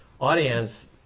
audience